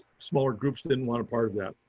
smaller groups didn't want a part of that.